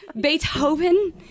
beethoven